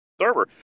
server